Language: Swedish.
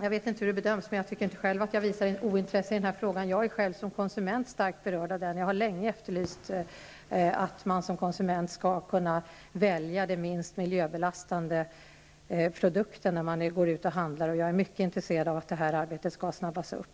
Jag vet inte hur andra bedömer det, men jag tycker inte att jag har visat något ointresse i denna fråga. Jag är själv såsom konsument starkt berörd av den. Jag har länge efterlyst att man såsom konsument, när man går ut och handlar, skall kunna välja de minst miljöbelastande produkterna. Jag är mycket intresserad av att detta arbete skall snabbas upp.